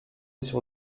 sur